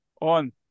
on